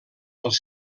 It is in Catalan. els